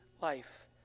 life